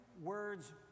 words